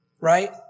Right